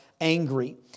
angry